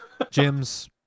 gyms